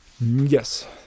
Yes